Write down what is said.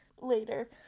later